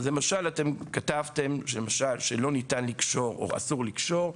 למשל כתבתם שלא ניתן לקשור או אסור לקשור,